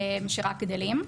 שרק גדלים.